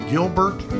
Gilbert